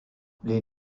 les